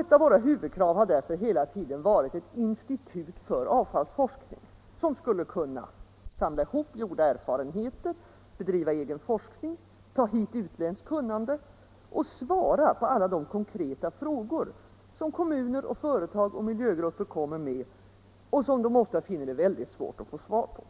Ett av våra huvudkrav har därför hela tiden varit ett institut för avfallsforskning som skulle kunna samla ihop gjorda erfarenheter, bedriva egen forskning, ta hit utländskt kunnande och svara på alla konkreta frågor som kommuner, företag och miljögrupper kommer med, och som de ofta finner det mycket svårt att få svar på.